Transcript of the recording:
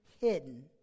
hidden